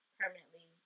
permanently